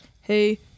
Hey